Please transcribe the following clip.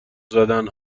زدن